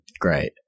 great